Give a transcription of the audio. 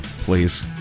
please